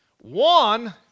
One